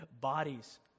bodies